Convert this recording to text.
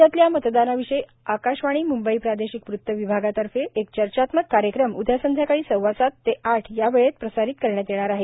राज्यातल्या मतदानाविषयी आकाशवाणी मुंबई प्रादेशिक वृत विभागातर्फे एक चर्चात्मक कार्यक्रम उद्या संध्याकाळी सव्वा सात ते आठ या वेळेत प्रसारित करण्यात येणार आहे